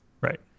Right